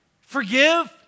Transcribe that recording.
Forgive